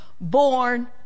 born